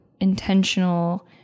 intentional